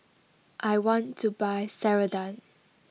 I want to buy Ceradan